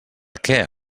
què